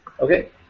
Okay